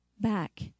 back